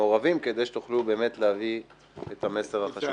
המעורבים, כדי שתוכלו באמת להביא את המסר החשוב.